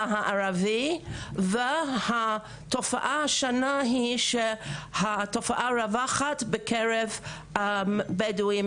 הערבי והתופעה השנה היא שהתופעה רווחת בקרב בדואים